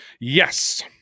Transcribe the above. Yes